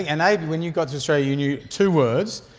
and abe, when you got to australia you knew two words,